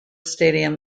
stadium